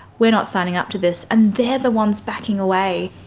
we're not signing up to this and they're the ones backing away.